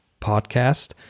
podcast